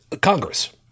Congress